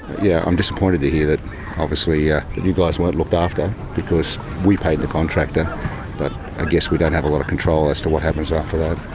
yeah, i'm disappointed to hear that obviously yeah you guys weren't looked after, because we paid the contractor, but i guess we don't have a lot of control as to what happens after that.